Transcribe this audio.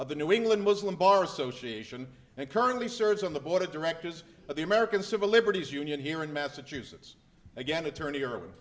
of the new england muslim bar association and currently serves on the board of directors of the american civil liberties union here in massachusetts again attorney